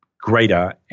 greater